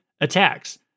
attacks